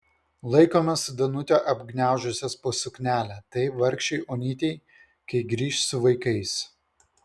laikome su danute apgniaužusios po suknelę tai vargšei onytei kai grįš su vaikais